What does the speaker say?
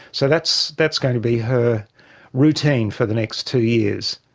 so that's that's going to be her routine for the next two years.